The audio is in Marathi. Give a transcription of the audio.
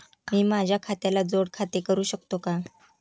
मी माझ्या खात्याला जोड खाते करू शकतो का?